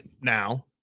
now